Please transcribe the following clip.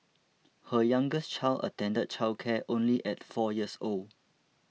her youngest child attended childcare only at four years old